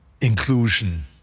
inclusion